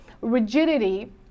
rigidity